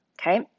okay